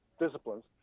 disciplines